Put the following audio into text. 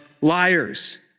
liars